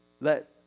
Let